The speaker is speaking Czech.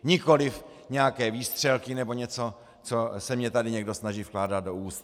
Nikoliv nějaké výstřelky nebo něco, co se mně tady někdo snaží vkládat do úst.